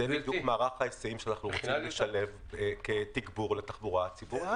זה בדיוק מערך ההיסעים שאנחנו רוצים לשלב כתגבור לתחבורה הציבורית.